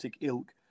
ilk